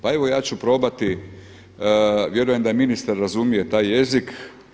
Pa evo ja ću probati, vjerujem da i ministar razumije taj jezik.